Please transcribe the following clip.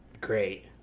Great